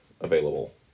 available